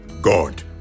God